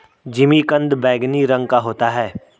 जिमीकंद बैंगनी रंग का होता है